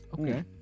okay